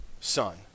son